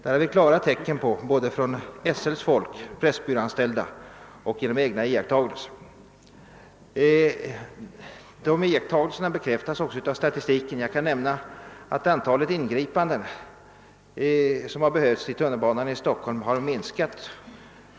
Det har vi klara tecken på, både från SL:s folk, pressbyråanställda och genom egna iakttagelser.» Dessa iakttagelser bekräftas också av statistiken. Jag kan nämna att antalet ingripanden som har behövts i tunnelbanan har minskat.